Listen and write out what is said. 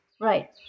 Right